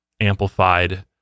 amplified